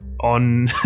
on